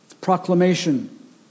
Proclamation